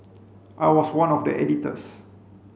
I was one of the editors